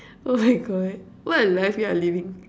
oh my God what a life you're living